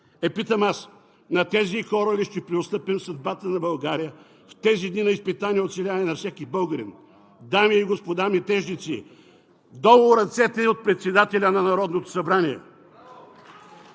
питам аз: на тези хора ли ще преотстъпим съдбата на България в тези дни на изпитания и оцеляване на всеки българин?! Дами и господа метежници, долу ръцете от председателя на Народното събрание!